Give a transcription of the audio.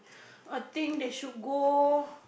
I think they should go